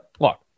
look